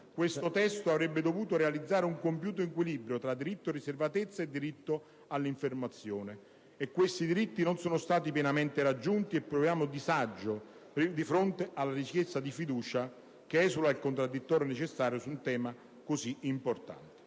Questo testo avrebbe dovuto realizzare un compiuto equilibrio tra diritto alla riservatezza e diritto all'informazione. Questi diritti non sono stati pienamente raggiunti e proviamo disagio di fronte alla richiesta di fiducia, che esula il contraddittorio necessario su un tema così importante....